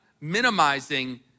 minimizing